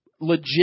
legit